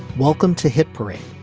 welcome to hit parade.